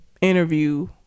interview